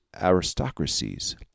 aristocracies